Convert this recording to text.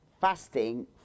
fasting